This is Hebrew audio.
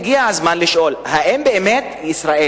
הגיע הזמן לשאול אם באמת ישראל,